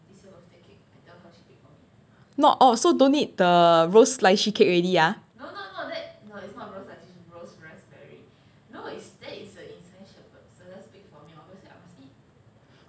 not orh so don't need the rose lychee cake already ah no it's not precise noise see oh okay